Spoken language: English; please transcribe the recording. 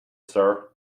sir